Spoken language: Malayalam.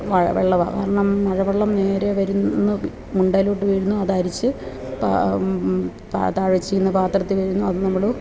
മഴ വെള്ളമാണ് കാരണം മഴവെള്ളം നേരെ വരുന്നു മുണ്ടേലോട്ടു വീഴുന്നു അതരിച്ചു പാ താ താഴച്ചീന്ന് പാത്രത്തിൽ വീഴുന്നു അതു നമ്മൾ